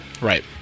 Right